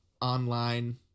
online